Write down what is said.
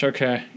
Okay